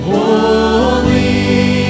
Holy